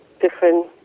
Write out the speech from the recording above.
different